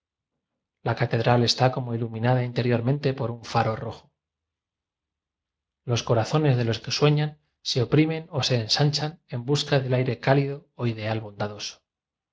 la catedral está como iluminada interiormente por un faro rojo los corazones de los que sueñan se opri men o se ensanchan en busca de aire cálido o ideal bondadoso